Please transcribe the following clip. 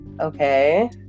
Okay